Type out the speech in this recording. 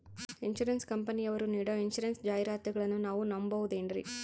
Insurance ಕಂಪನಿಯರು ನೀಡೋ insurance ಜಾಹಿರಾತುಗಳನ್ನು ನಾವು ನಂಬಹುದೇನ್ರಿ?